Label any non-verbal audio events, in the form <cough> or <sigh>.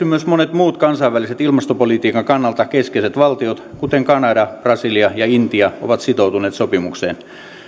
<unintelligible> myös monet muut kansainvälisen ilmastopolitiikan kannalta keskeiset valtiot kuten kanada brasilia ja intia ovat sitoutuneet sopimukseen